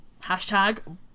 hashtag